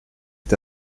est